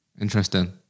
Interesting